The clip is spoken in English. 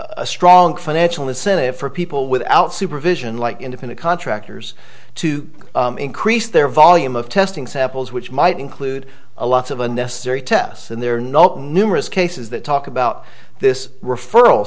a strong financial incentive for people without supervision like independent contractors to increase their volume of testing samples which might include a lot of unnecessary tests and they're not numerous cases that talk about this referral